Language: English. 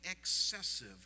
excessive